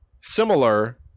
similar